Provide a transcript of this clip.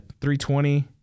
3:20